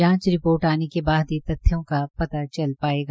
जांच रिपोर्ट आने के बाद ही तथ्यों का पता चल पाएगा